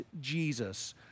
Jesus